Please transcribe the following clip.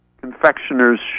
confectioner's